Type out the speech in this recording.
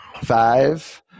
Five